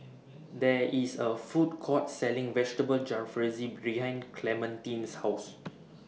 There IS A Food Court Selling Vegetable Jalfrezi behind Clementine's House